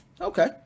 Okay